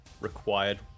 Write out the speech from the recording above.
required